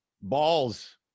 balls